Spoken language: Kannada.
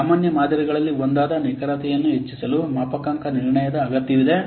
ಈ ಸಾಮಾನ್ಯ ಮಾದರಿಗಳಲ್ಲಿ ಒಂದಾದ ನಿಖರತೆಯನ್ನು ಹೆಚ್ಚಿಸಲು ಮಾಪನಾಂಕ ನಿರ್ಣಯದ ಅಗತ್ಯವಿದೆ